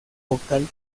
vocal